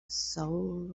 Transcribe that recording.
soul